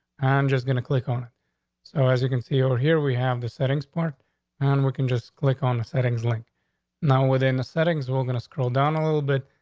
and just gonna click on. so as you can see over here, we have the settings part and we can just click on the settings link now, within the settings, we're gonna scroll down a little bit.